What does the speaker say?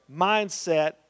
mindset